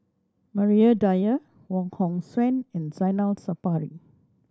Maria Dyer Wong Hong Suen and Zainal Sapari